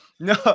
No